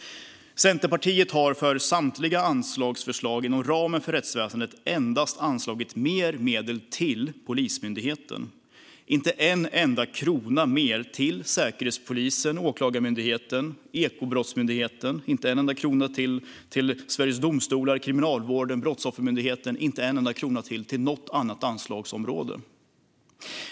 Centerpartiet har när det gäller samtliga anslagsförslag inom ramen för rättsväsendet anslagit mer medel endast till Polismyndigheten. Man har inte anslagit en enda krona mer till Säkerhetspolisen, Åklagarmyndigheten, Ekobrottsmyndigheten, Sveriges domstolar, Kriminalvården eller Brottsoffermyndigheten. Man har inte anslagit en enda krona mer till något annat anslagsområde.